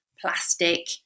plastic